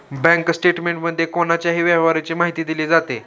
bank स्टेटमेंटमध्ये कोणाच्याही व्यवहाराची माहिती दिली जाते